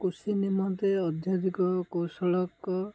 କୃଷି ନିମନ୍ତେ ଅତ୍ୟାଧିକ କୌଶଳ